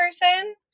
person